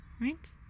right